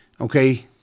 okay